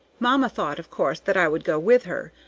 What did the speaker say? mamma thought of course that i would go with her,